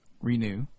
renew